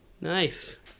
nice